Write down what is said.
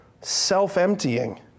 self-emptying